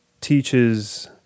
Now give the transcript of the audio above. teaches